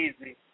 easy